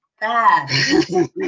Bad